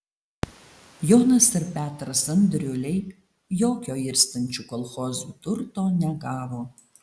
jonas ir petras andriuliai jokio irstančių kolchozų turto negavo